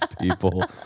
people